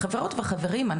חברות וחברים,